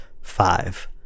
five